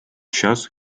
час